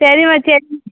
சரிம்மா சரி